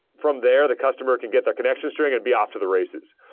from there, the customer can get that connection string and be off to the races.